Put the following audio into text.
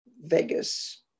Vegas